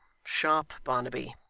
sharp barnaby